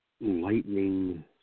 lightning